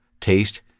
taste